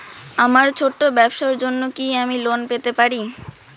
আমার ছোট্ট ব্যাবসার জন্য কি আমি লোন পেতে পারি?